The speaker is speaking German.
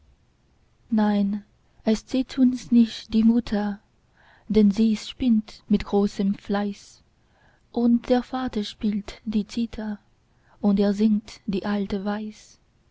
nein es sieht uns nicht die mutter denn sie spinnt mit großem fleiß und der vater spielt die zither und er singt die alte weis